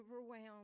overwhelmed